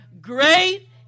Great